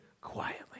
quietly